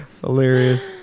Hilarious